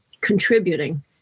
contributing